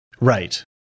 Right